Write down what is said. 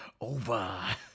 over